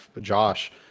Josh